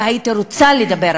והייתי רוצה לדבר,